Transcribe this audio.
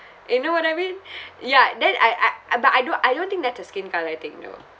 you know what I mean ya then I I uh but I don't I don't think that's a skin colour thing you know